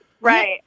right